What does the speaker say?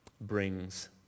brings